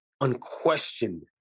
unquestioned